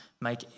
make